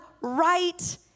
right